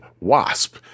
Wasp